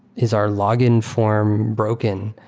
is our login form broken?